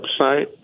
website